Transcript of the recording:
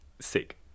sick